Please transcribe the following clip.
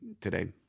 today